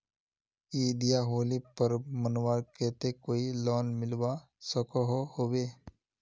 ईद या होली पर्व मनवार केते कोई लोन मिलवा सकोहो होबे?